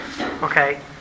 Okay